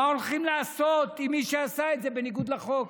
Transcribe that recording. מה הולכים לעשות עם מי שעשה את זה בניגוד לחוק?